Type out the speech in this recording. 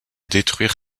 détruire